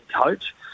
coach